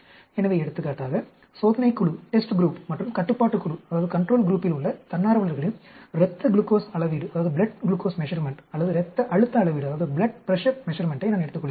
எனவே எடுத்துக்காட்டாக சோதனைக் குழு மற்றும் கட்டுப்பாட்டு குழுவில் உள்ள தன்னார்வலர்களின் இரத்த குளுக்கோஸ் அளவீட்டை அல்லது இரத்த அழுத்த அளவீட்டை நான் எடுத்துக்கொள்கிறேன்